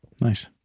Nice